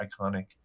iconic